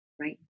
Right